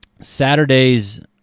Saturday's